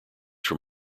from